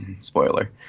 Spoiler